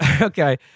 okay